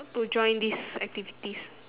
to join these activities